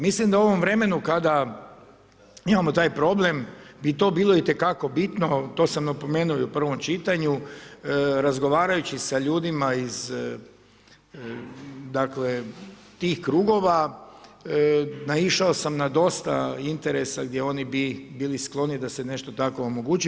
Mislim da u ovom vremenu kada imamo taj problem, bi to bilo itekako bitno, to sam napomenuo i u prvom čitanju, razgovarajući sa ljudima iz, dakle, tih krugova, naišao sam na dosta interesa gdje oni bi bili skloni da se nešto tako omogući.